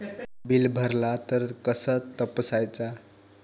Bill भरला तर कसा तपसायचा?